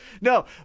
no